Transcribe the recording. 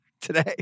today